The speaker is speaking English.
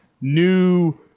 new